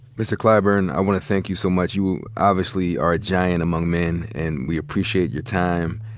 mr. clyburn, i want to thank you so much. you obviously are a giant among men and we appreciate your time.